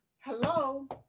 Hello